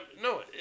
No